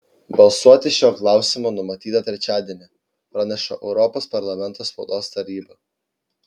balsuoti šiuo klausimu numatyta trečiadienį praneša europos parlamento spaudos tarnyba